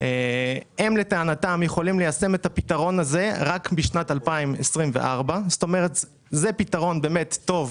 הם לטענתם יכולים ליישם את הפתרון הזה רק בשנת 2024. זה פתרון באמת טוב,